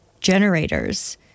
generators